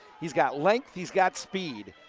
he's got length, he's got speed.